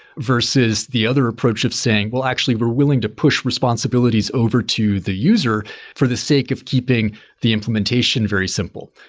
versus the other approach of saying, well actually, we're willing to push responsibilities over to the user for the sake of keeping the implementation very simple.